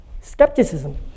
skepticism